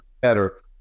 better